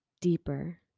deeper